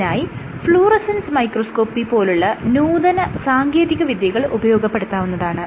ഇതിനായി fluorescence microscopy പോലുള്ള നൂതന സാങ്കേതിക വിദ്യകൾ ഉപയോഗപ്പെടുത്താവുന്നതാണ്